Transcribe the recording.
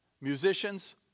Musicians